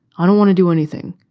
i don't want to do anything.